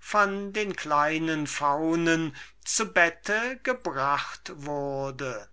von den kleinen faunen zu bette gebracht wurde